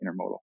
intermodal